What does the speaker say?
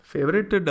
Favorite